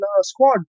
squad